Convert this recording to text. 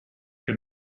que